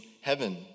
heaven